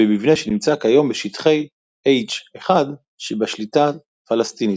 במבנה שנמצא כיום בשטחי H1 שבשליטה פלסטינית.